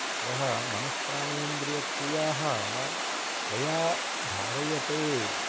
अतः मनःप्राणेन्द्रियक्रियाः यया धार्यते